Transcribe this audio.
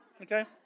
Okay